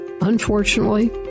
Unfortunately